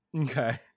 Okay